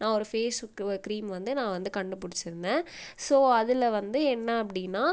நான் ஒரு பேசுக்கு க்ரீம் வந்து நான் வந்து கண்டுபுடிச்சிருந்தேன் ஸோ அதில் வந்து என்ன அப்படின்னா